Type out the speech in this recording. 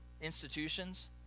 institutions